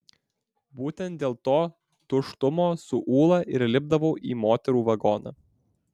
būtent dėl to tuštumo su ūla ir lipdavau į moterų vagoną